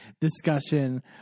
discussion